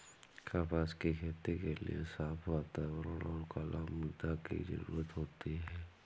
कपास की खेती के लिए साफ़ वातावरण और कला मृदा की जरुरत होती है